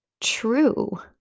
true